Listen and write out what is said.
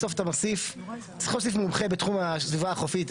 בסוף צריך להוסיף מומחה בתחום הסביבה החופית.